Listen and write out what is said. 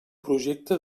projecte